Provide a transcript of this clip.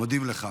מודים לך.